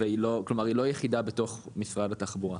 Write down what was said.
כלומר היא לא היחידה בתוך משרד התחבורה.